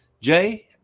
Jay